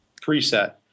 preset